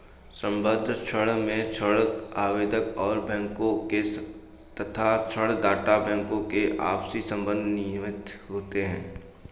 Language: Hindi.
संबद्ध ऋण में ऋण आवेदक और बैंकों के तथा ऋण दाता बैंकों के आपसी संबंध नियमित होते हैं